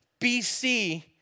BC